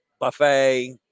buffet